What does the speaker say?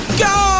go